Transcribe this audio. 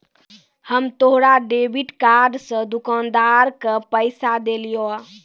हम तोरा debit card से दुकानदार के पैसा देलिहों